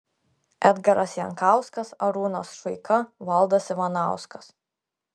edgaras jankauskas arūnas šuika valdas ivanauskas